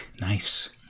nice